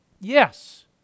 yes